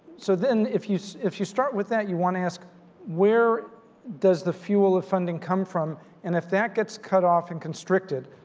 so then if you if you start with that, you want to ask where does the fuel of funding come from and if that gets cut off and constricted,